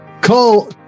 Cole